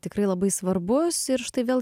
tikrai labai svarbus ir štai vėl